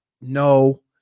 No